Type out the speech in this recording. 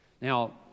Now